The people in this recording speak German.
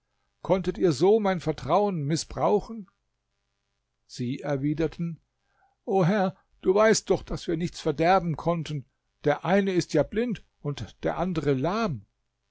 konntet ihr so mein vertrauen mißbrauchen sie antworteten o herr du weißt doch daß wir nichts verderben konnten der eine ist ja blind und der andere lahm